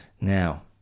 Now